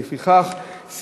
לפיכך,